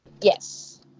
Yes